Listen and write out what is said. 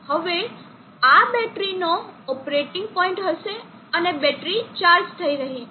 હવે આ બેટરીનો ઓપરેટિંગ પોઇન્ટ હશે અને બેટરી ચાર્જ થઈ રહી છે